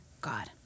God